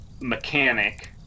mechanic